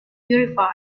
purified